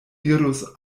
dirus